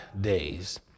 days